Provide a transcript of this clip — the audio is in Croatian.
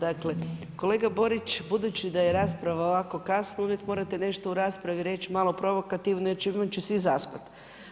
Dakle, kolega Borić budući da je rasprava ovako kasno uvijek morate nešto u raspravi reći malo provokativno, jer inače svi zaspati.